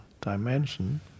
dimension